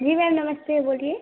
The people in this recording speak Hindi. जी मैम नमस्ते बोलिए